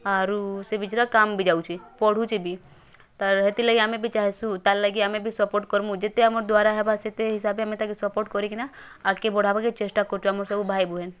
ଆରୁ ସେ ବିଚରା କାମ ବି ଯଉଛେ ପଢ଼ୁଛେ ବି ତ ହେତିର୍ ଲାଗି ଆମେ ବି ଚାଁହେସୁ ତା ଲାଗି ଆମେ ବି ସପର୍ଟ୍ କରମୁଁ ଯେତେ ଆମ ଦ୍ଵାରା ହେବା ସେତେ ହିସାବେ ମୁଇଁ ତାକେ ସପର୍ଟ୍ କରିକିନା ଆଗ୍କେ ବଢ଼ାବାକେ ଚେଷ୍ଟା କରୁଚୁ ଆମର୍ ସବୁ ଭାଇ ଭୋଏନ